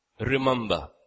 remember